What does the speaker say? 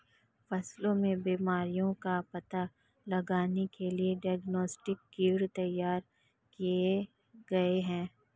फसलों में बीमारियों का पता लगाने के लिए डायग्नोस्टिक किट तैयार किए गए हैं